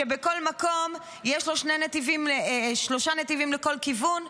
שבכל מקום יש לו שלושה נתיבים לכל כיוון,